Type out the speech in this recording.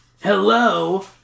Hello